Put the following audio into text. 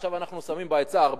עכשיו אנחנו שמים בהיצע הרבה,